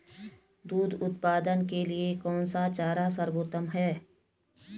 दूध उत्पादन के लिए कौन सा चारा सर्वोत्तम है?